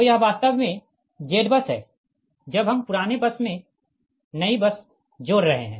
तो यह वास्तव में ZBUS है जब हम पुराने बस में नई बस जोड़ रहे है